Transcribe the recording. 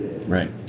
right